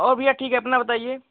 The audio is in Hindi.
और भैया ठीक है अपना बताइये